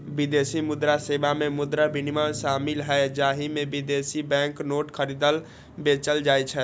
विदेशी मुद्रा सेवा मे मुद्रा विनिमय शामिल छै, जाहि मे विदेशी बैंक नोट खरीदल, बेचल जाइ छै